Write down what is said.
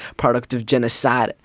product of genocide,